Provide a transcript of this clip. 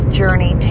journey